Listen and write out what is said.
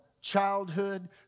childhood